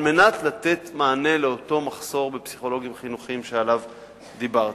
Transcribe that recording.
על מנת לתת מענה לאותו מחסור בפסיכולוגים חינוכיים שעליו דיברתי.